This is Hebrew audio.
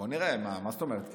בוא נראה, מה זאת אומרת?